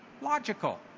logical